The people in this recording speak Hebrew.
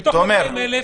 מבחינתי אין שום בעיה,